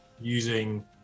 using